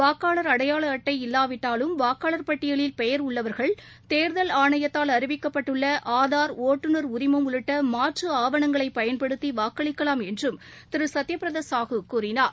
வாக்காளர் அடையாள அட்ளட இல்லாவிட்டாலும் வாக்காளர் பட்டியலில் பெயர் உள்ளவர்கள் தேர்தல் ஆணையத்தால் அறிவிக்கப்பட்டுள்ள ஆதார் ஒட்டுநர் உரிமம் உள்ளிட்ட மாற்று ஆவணங்களை பயன்படுத்தி வாக்களிக்கலாம் என்றும் திரு சத்யபிரதா சாகு கூறினார்